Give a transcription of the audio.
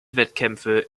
wettkämpfe